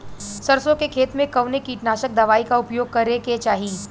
सरसों के खेत में कवने कीटनाशक दवाई क उपयोग करे के चाही?